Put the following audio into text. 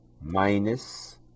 minus